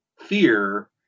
fear